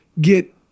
get